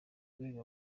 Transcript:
urwego